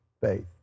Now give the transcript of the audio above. faith